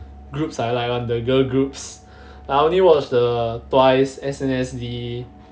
groups ah like the girl groups I only watch the twice S_N_S_D